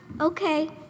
Okay